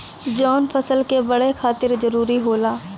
जवन फसल क बड़े खातिर जरूरी होला